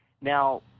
Now